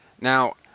Now